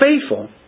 faithful